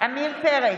עמיר פרץ,